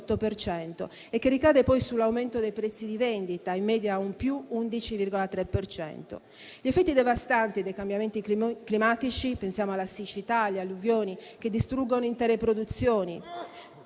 e che ricade poi sull'aumento dei prezzi di vendita: in media, un più 11,3 per cento. Gli effetti devastanti dei cambiamenti climatici, quali la siccità e le alluvioni, distruggono intere produzioni.